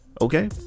okay